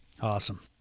Awesome